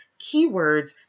keywords